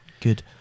Good